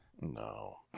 no